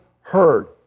heard